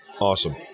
Awesome